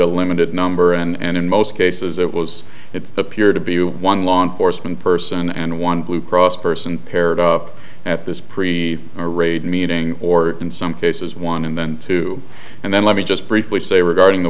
a limited number and in most cases it was it appeared to be one law enforcement person and one blue cross person paired up at this present a raid meeting or in some cases one and then two and then let me just briefly say regarding t